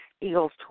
Eagles